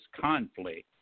conflict